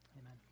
Amen